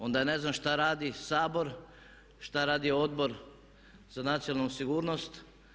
Onda ja ne znam šta radi Sabor, šta radi Odbor za nacionalnu sigurnost.